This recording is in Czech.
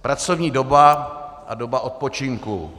Pracovní doba a doba odpočinku.